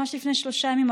ממש לפני שלושה ימים,